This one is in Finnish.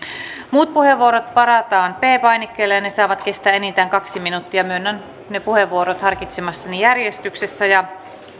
muut puheenvuorot varataan p painikkeella ja ne saavat kestää enintään kaksi minuuttia myönnän nämä puheenvuorot harkitsemassani järjestyksessä ja